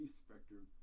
spectrum